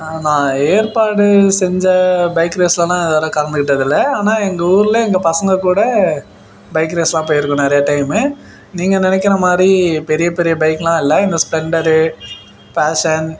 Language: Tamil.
நான் ஏற்பாடு செஞ்ச பைக் ரேஸ்லெலாம் இதுவரை கலந்துக்கிட்டதில்லை ஆனால் எங்கள் ஊரில் எங்கள் பசங்கள் கூட பைக் ரேஸ்லாம் போயிருக்கேன் நிறைய டைமு நீங்கள் நினைக்கிற மாதிரி பெரிய பெரிய பைக்லாம் இல்லை இந்த ஸ்பெளண்டரு பேஷன்